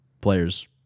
players